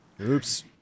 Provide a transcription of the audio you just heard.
Oops